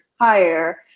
higher